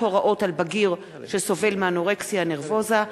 הוראות על בגיר שסובל מאנורקסיה נרבוזה),